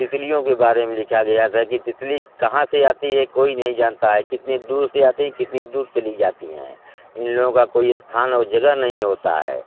तितलियों के बारे में लिखा गया था कि तितली कहाँ से आती है कोई नहीं जनता हैं कितनी दूर से आती है कितनी दूर चली जाती है इन लोगों का कोई स्थान और जगह नहीं होता है